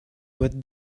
what